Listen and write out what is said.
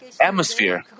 atmosphere